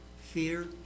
fear